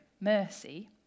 mercy